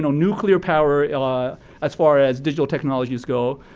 nuclear power as far as digital technologies go.